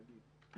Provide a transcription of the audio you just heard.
תודה.